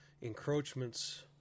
encroachments